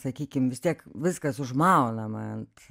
sakykim vis tiek viskas užmaunama ant